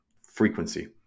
frequency